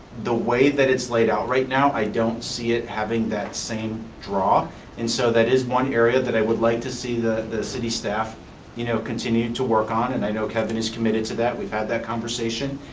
the way that it's laid out right now, i don't see it having that same draw and so that is one area that i would like to see the the city staff you know continue to work on, and i know kevin is committed to that. we've had that conversation.